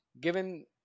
given